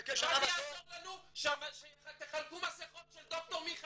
מה זה יעזור לנו שתחלקו מסכות של ד"ר מיכאל